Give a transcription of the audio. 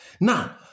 Now